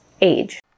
age